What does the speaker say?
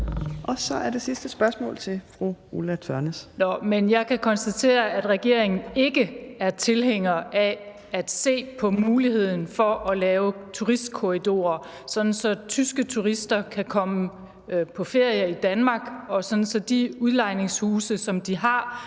Kl. 15:41 Ulla Tørnæs (V): Nå, men jeg kan konstatere, at regeringen ikke er tilhænger af at se på muligheden for at lave turistkorridorer, sådan at tyske turister kan komme på ferie i Danmark, og sådan at de udlejningssommerhuse, de har